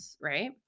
right